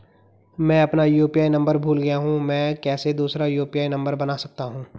मैं अपना UPI number भूल गया हूँ मैं कैसे दूसरा यु.पी.आई नम्बर बना सकता हूँ?